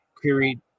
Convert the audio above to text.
queried